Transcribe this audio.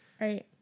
Right